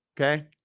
Okay